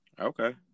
Okay